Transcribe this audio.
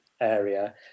area